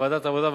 לוועדת העבודה,